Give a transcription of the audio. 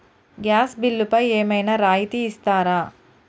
Gas బిల్లుపై ఏమైనా రాయితీ ఇస్తారా?